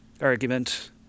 argument